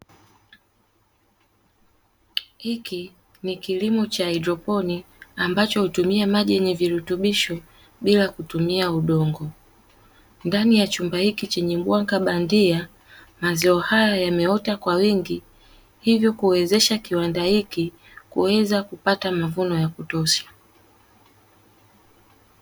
Hiki ni kilimo cha haidroponi ambacho hutumia maji yenye virutubisho bila kutumia udongo, ndani ya chumba hiki chenye mwanga bandia mazao haya yameota kwa wingi, hivyo kuwezesha kiwanda hiki kuweza kupata mavuno ya kutosha.